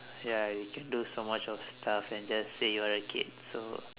ya you can do so much of stuff and just say you are a kid so